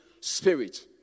spirit